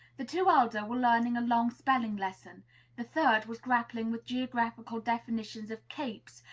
the two elder were learning a long spelling-lesson the third was grappling with geographical definitions of capes,